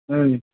হুম